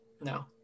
No